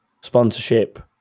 sponsorship